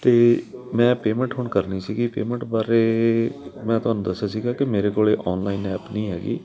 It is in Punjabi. ਅਤੇ ਮੈਂ ਪੇਮੈਂਟ ਹੁਣ ਕਰਨੀ ਸੀਗੀ ਪੇਮੈਂਟ ਬਾਰੇ ਮੈਂ ਤੁਹਾਨੂੰ ਦੱਸਿਆ ਸੀਗਾ ਕਿ ਮੇਰੇ ਕੋਲ ਆਨਲਾਈਨ ਐਪ ਨਹੀਂ ਹੈਗੀ